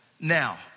now